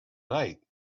night